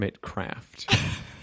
craft